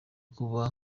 kuba